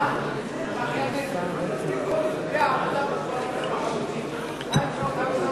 אדוני היושב-ראש, אין לכם זכות.